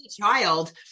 child